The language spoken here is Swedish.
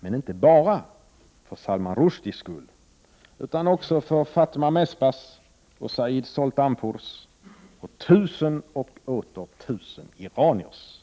Men inte bara för Salman Rushdies skull, utan också för Fatemeh Mesbahs och Said Soltanpours och tusen och åter tusen iraniers skull.